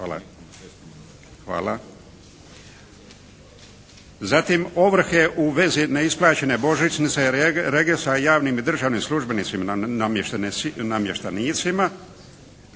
čuje./… Hvala. Zatim ovrhe u vezi neisplaćene božićnice, regresa javnim i državnim službenicima, namještenicima.